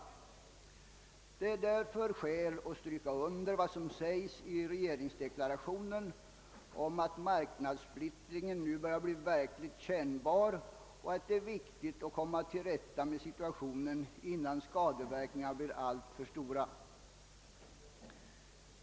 Det är därför skäl att stryka under vad som sägs i regeringsdeklarationen om att marknadssplittringen börjar bli verkligt kännbar och att det är viktigt att komma till rätta med situationen innan skadeverkningarna blir alltför stora.